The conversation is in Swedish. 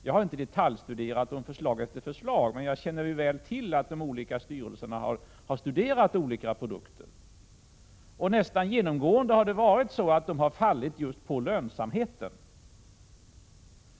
Jag har inte detaljstuderat förslag efter förslag, men jag känner väl till att styrelserna har studerat olika produkter, och nästan genomgående har produkterna fallit just på lönsamheten.